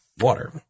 water